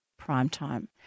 primetime